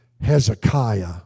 Hezekiah